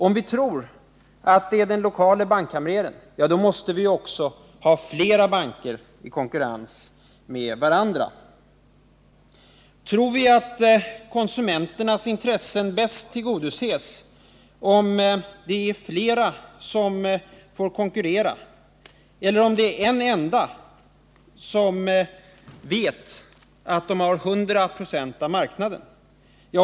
Om vi tror att det är den lokale bankkamrern, måste vi också ha flera banker i konkurrens med varandra. Tror vi att konsumenternas intressen bäst tillgodoses om flera får konkurrera eller om det finns ett enda företag i branschen som vet att det har 100 26 av marknaden?